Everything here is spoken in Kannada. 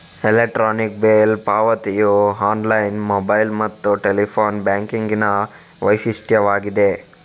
ಎಲೆಕ್ಟ್ರಾನಿಕ್ ಬಿಲ್ ಪಾವತಿಯು ಆನ್ಲೈನ್, ಮೊಬೈಲ್ ಮತ್ತು ಟೆಲಿಫೋನ್ ಬ್ಯಾಂಕಿಂಗಿನ ವೈಶಿಷ್ಟ್ಯವಾಗಿದೆ